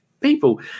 people